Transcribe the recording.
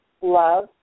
love